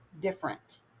different